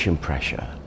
pressure